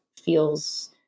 feels